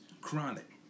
chronic